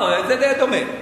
זה דומה.